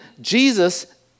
Jesus